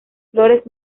flores